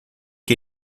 que